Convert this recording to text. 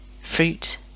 fruit